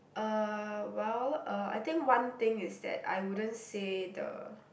uh well uh I think one thing is that I wouldn't say the